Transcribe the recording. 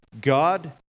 god